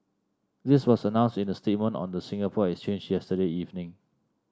this was announced in a statement on the Singapore Exchange yesterday evening